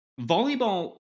volleyball